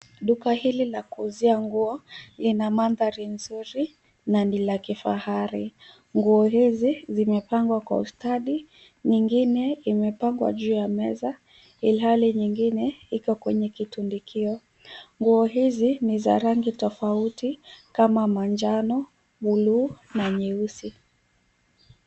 Duka hili la kuuzia nguo lina mandhari nzuri na ni la kifahari. Nguo hizi zimepangwa kwa ustadi , nyingine imepangwa juu ya meza ilhali nyingine iko kwenye kitundikio . Nguo hizi ni za rangi tofauti kama manjano, buluu na nyeusi.